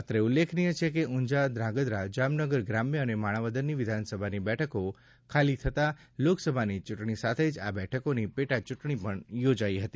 અત્રે ઉલ્લેખનીય છે કે ઊંઝા ધ્રાંગધ્રા જામનગરગ્રામ્ય અને માણાવદરની વિધાનસભાની બેઠકો ખાલી થતાં લોકસભાની ચૂંટણી સાથે આ બેઠકોની પેટાચૂંટણી પણ યોજાઈ હતી